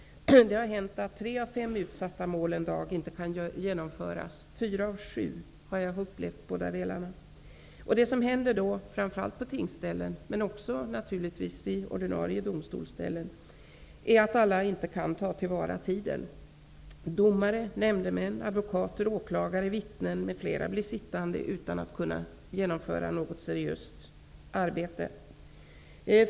Det har hänt att såväl tre av fem som fyra av sju utsatta mål inte kan genomföras -- jag har upplevt båda delarna. Det som då händer -- framför allt på tingsställen, men naturligtvis också vid ordinarie domstolar -- är att tiden inte kan tas till vara. Domare, nämndemän, advokater, åklagare, vittnen m.fl. blir sittande utan att kunna utföra något seriöst arbete.